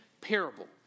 parable